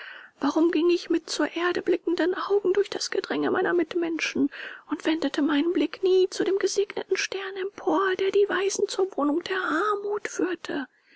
warum ging ich mit zur erde blickenden augen durch das gedränge meiner mitmenschen und wendete meinen blick nie zu dem gesegneten stern empor der die weisen zur wohnung der armut führte